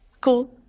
cool